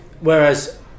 whereas